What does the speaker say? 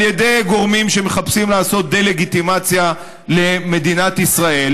על ידי גורמים שמחפשים לעשות דה-לגיטימציה למדינת ישראל,